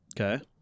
Okay